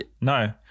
no